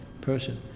person